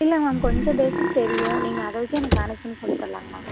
இல்லை மேம் கொஞ்சம் பேஸிக் தெரியும் நீங்கள் அதை வச்சி எனக்கு மேனேஜ் பண்ணி சொல்லித்தரலாங்க மேம்